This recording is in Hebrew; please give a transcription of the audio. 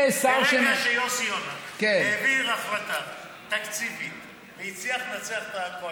ברגע שיוסי יונה העביר החלטה תקציבית והצליח לנצח את הקואליציה,